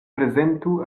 prezentu